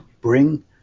bring